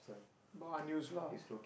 but unused lah